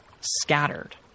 scattered